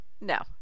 no